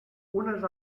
unes